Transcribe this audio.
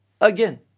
again